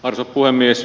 arvoisa puhemies